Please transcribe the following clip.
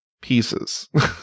pieces